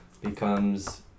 becomes